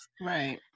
Right